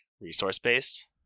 resource-based